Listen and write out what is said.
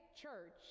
church